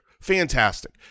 Fantastic